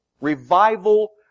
revival